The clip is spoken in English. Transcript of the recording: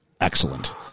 excellent